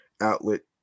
outlet